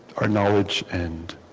our knowledge and